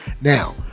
now